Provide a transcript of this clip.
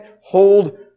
hold